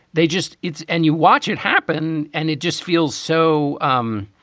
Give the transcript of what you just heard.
they just it's. and you watch it happen and it just feels so. um